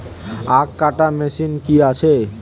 আখ কাটা মেশিন কি আছে?